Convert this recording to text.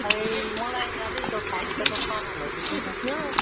ए मलाई अलिक फर्निचरको सामानहरू लिनु थियो